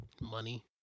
Money